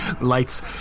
lights